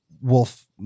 wolf